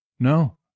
No